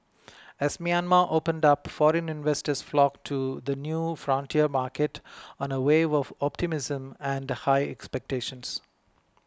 as Myanmar opened up foreign investors flocked to the new frontier market on a wave of optimism and high expectations